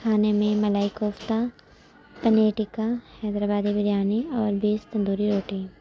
کھانے میں ملائی کوفتہ پنیر ٹکا حیدرآبادی بریانی اور بیس تندوری روٹی